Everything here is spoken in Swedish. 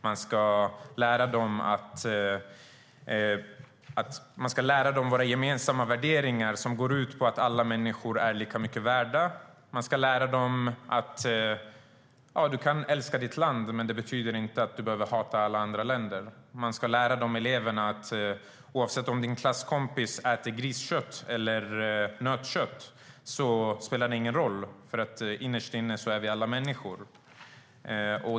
Man ska lära dem våra gemensamma värderingar, som går ut på att alla människor är lika mycket värda. Man ska lära dem att de kan älska sitt land, men att det inte betyder att de behöver hata alla andra länder. Man ska lära eleverna att det inte spelar någon roll om klasskompisen äter griskött eller nötkött, för innerst inne är vi alla människor.